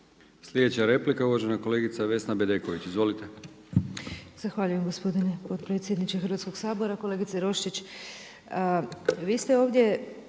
Slijedeća replika uvažena kolegica Vesna Bedeković. Izvolite. **Bedeković, Vesna (HDZ)** Zahvaljujem gospodine potpredsjedniče Hrvatskog sabora. Kolegice Roščić,